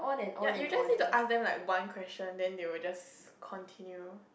ya you just need to ask them like one question then they will just continue